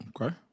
Okay